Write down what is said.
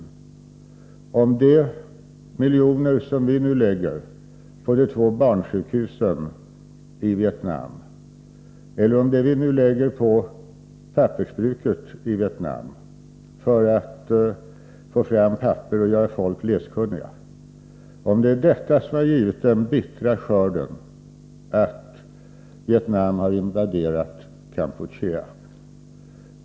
Är det de miljoner som vi nu lägger på de två barnsjukhusen i Vietnam, eller det vi nu lägger på pappersbruket i Vietnam för att få fram papper och göra folk läskunniga, som har givit den bittra skörden att Vietnam har invaderat Kampuchea?